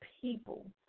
people